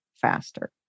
faster